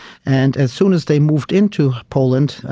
and as soon as they moved into poland,